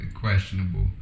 Questionable